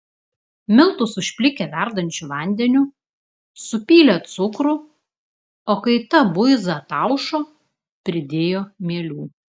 miltus užplikė verdančiu vandeniu supylė cukrų o kai ta buiza ataušo pridėjo mielių